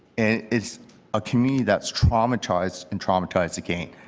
and it's a community that's traumatized and traumatized again.